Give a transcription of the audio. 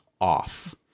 off